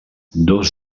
dos